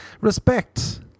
respect